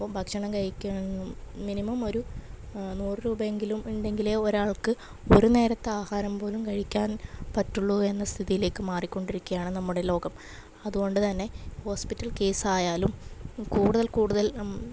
അപ്പം ഭക്ഷണം കഴിക്കും മിനിമമൊരു നൂറ് രൂപയെങ്കിലും ഉണ്ടങ്കിലേ ഒരാൾക്ക് ഒരു നേരെത്താഹാരമ്പോലും കഴിയ്ക്കാൻ പറ്റുള്ളൂ എന്ന സ്ഥിതിയിലേക്ക് മാറിക്കൊണ്ടിരിക്ക്യാണ് നമ്മുടെ ലോകം അതുകൊണ്ട് തന്നെ ഹോസ്പിറ്റൽ കേസായാലും കൂടുതൽ കൂടുതൽ